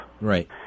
Right